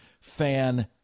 Fan